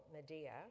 Medea